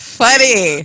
funny